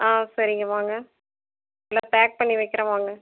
ஆ சரிங்க வாங்க எல்லாம் பேக் பண்ணி வைக்கிறேன் வாங்க